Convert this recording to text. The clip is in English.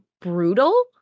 brutal